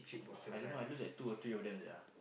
I don't know I lose like two or three of them sia